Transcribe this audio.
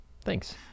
thanks